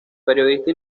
periodista